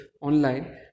online